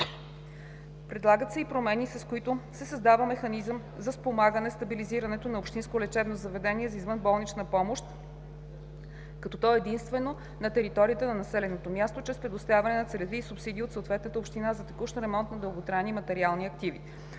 Предлагат се и промени, с които се създава механизъм за спомагане стабилизирането на общинско лечебно заведение за извънболнична помощ, когато то е единствено на територията на населеното място, чрез предоставяне на целеви субсидии от съответната община за текущ ремонт на дълготрайни материални активи.